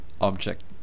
object